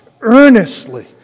earnestly